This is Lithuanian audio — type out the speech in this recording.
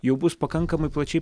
jau bus pakankamai plačiai